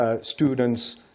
students